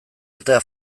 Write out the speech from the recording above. eta